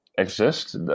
exist